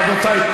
אני אגיד.